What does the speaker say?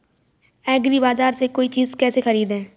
एग्रीबाजार से कोई चीज केसे खरीदें?